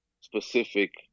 specific